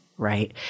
Right